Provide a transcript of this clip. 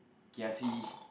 kiasi